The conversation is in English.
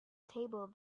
table